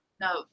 No